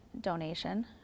donation